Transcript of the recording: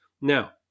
Now